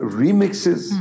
remixes